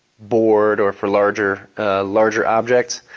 board or for larger larger objects.